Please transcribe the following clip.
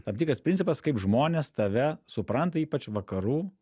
tam tikras principas kaip žmonės tave supranta ypač vakarų